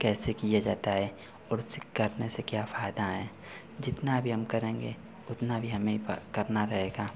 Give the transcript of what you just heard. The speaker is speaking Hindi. कैसे किया जाता है और उसे करने से क्या फायदे हैं जितना भी हम करेंगे उतना भी हमें ही करना रहेगा